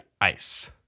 ice